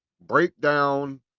breakdown